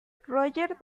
roger